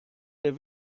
der